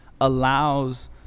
allows